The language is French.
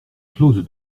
clause